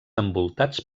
envoltats